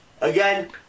Again